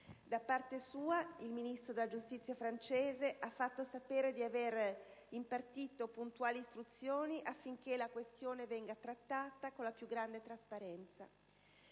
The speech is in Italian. Da parte sua, il Ministro della giustizia francese ha fatto sapere di aver impartito puntuali istruzioni affinché la questione venga trattata con la più grande trasparenza.